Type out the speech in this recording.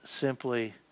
simply